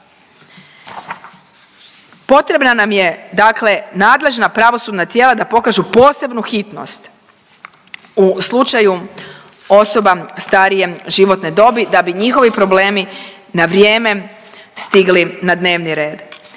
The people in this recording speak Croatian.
Potrebna nam je dakle nadležna pravosudna tijela da pokažu posebnu hitnost u slučaju osoba starije životne dobi da bi njihovi problemi na vrijeme stigli na dnevni red.